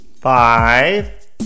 Five